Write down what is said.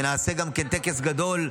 ונעשה גם כן טקס גדול,